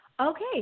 Okay